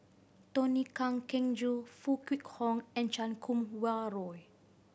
Tony Kan Keng Joo Foo Kwee Horng and Chan Kum Wah Roy